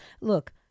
Look